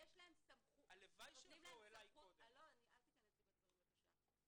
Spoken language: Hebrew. שנותנים להם סמכות --- הלוואי שהם יבואו --- אל תיכנס לדבריי בבקשה.